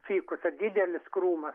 fikusą didelis krūma